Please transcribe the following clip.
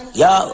yo